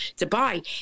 dubai